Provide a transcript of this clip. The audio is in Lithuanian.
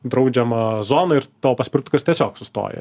draudžiamą zoną ir tavo paspirtukas tiesiog sustoja